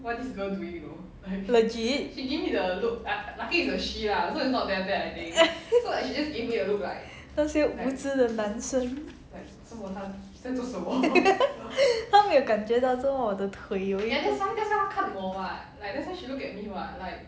legit 那些无知的男生 他没有感觉到怎么我的腿有一边